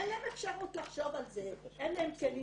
אין להם אפשרות לחשוב על זה, אין להם כלים.